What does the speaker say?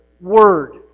Word